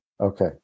Okay